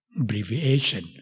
abbreviation